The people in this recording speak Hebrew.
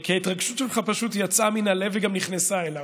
כי ההתרגשות שלך פשוט יצאה מן הלב וגם נכנסה אליו,